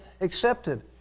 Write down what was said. accepted